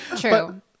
True